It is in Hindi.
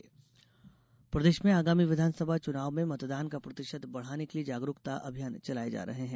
मतदाता जागरूकता प्रदेश में आगामी विधानसभा चुनाव में मतदान का प्रतिशत बढ़ाने के लिए जागरूकता अभियान चलाये जा रहे हैं